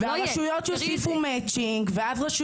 אנחנו מייצרים את הבעיה, אי אפשר.